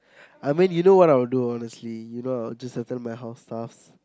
I mean you know what I would do honestly you know I would just attend my house stuff